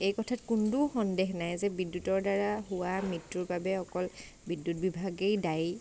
এই কথাত কোনো সন্দেহ নাই যে বিদ্যুতৰ দ্বাৰা হোৱা মৃত্যুৰ বাবে অকল বিদ্যুৎ বিভাগেই দায়ী